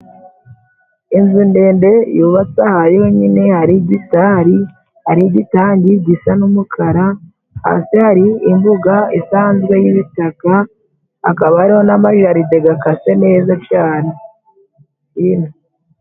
Inzu ndende yubatse aha yonyine hari gitari, hari igitangi gisa n'umukara. Hasi hari imbuga isanzwe y'ibitaka, hakaba hariho n' amajaride gakase neza cane.